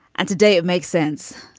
and today it makes sense.